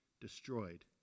destroyed